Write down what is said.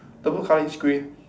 the bird colour is grey